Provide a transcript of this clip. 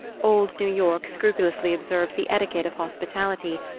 old new york scrupulously observed the etiquette of hospitality,